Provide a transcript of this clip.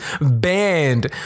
banned